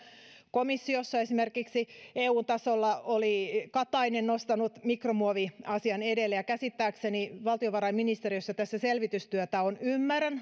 komissiossa esimerkiksi eun tasolla oli katainen nostanut mikromuoviasian esille käsittääkseni valtiovarainministeriössä tässä selvitystyötä on tehty ymmärrän